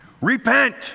Repent